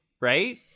right